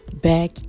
back